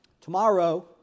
tomorrow